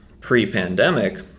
pre-pandemic